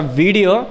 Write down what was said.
video